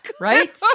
Right